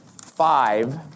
five